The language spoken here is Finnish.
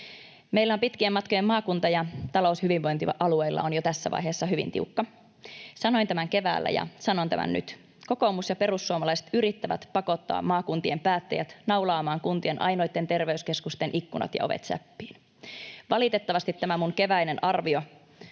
Meillä on pitkien matkojen maakunta, ja talous hyvinvointialueilla on jo tässä vaiheessa hyvin tiukka. Sanoin tämän keväällä ja sanon tämän nyt: kokoomus ja perussuomalaiset yrittävät pakottaa maakuntien päättäjät naulaamaan kuntien ainoitten terveyskeskusten ikkunat ja ovet säppiin. Valitettavasti tämä minun keväinen arvioni